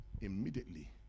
Immediately